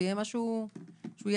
ויהיה משהו אחיד.